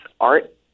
art